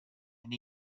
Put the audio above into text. and